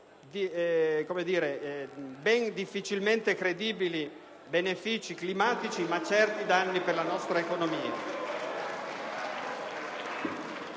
ben difficilmente credibili benefici climatici, ma certi danni per la nostra economia;